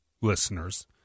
listeners